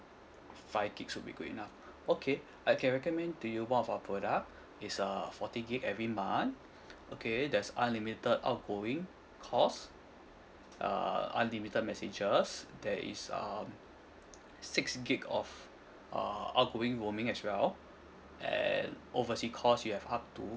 five G_B would be good enough okay I can recommend to you one of our product is uh forty gig every month okay there's unlimited outgoing calls uh unlimited messages there is uh six gig of uh outgoing roaming as well and oversea calls you have up to